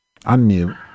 Unmute